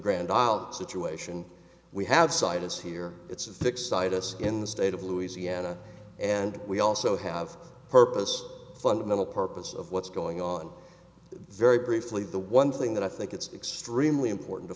grand isle situation we have site is here it's a fixed site us in the state of louisiana and we also have a purpose fundamental purpose of what's going on very briefly the one thing that i think it's extremely important to